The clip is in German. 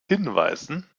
hinweisen